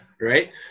right